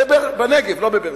ולא בבאר-שבע,